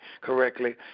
correctly